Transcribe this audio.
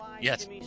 Yes